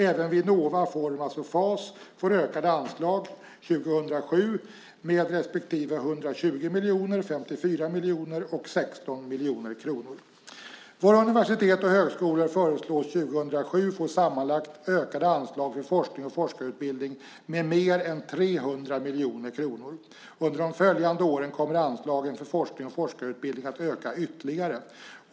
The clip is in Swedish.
Även Vinnova, Formas och FAS får ökade anslag 2007 med 120, 54 och 16 miljoner kronor respektive. Våra universitet och högskolor föreslås 2007 sammanlagt få ökade anslag för forskning och forskarutbildning med mer än 300 miljoner kronor. Under de följande åren kommer anslagen för forskning och forskarutbildning att öka ytterligare.